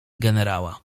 generała